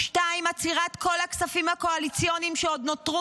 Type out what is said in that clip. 2. עצירת כל הכספים הקואליציוניים שעוד נותרו